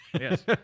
Yes